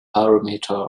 parameter